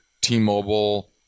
T-Mobile